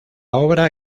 obra